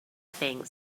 thing